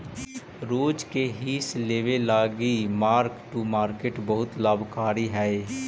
रोज के हिस लेबे लागी मार्क टू मार्केट बहुत लाभकारी हई